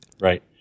Right